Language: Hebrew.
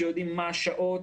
שיודעים מה השעות,